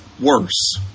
worse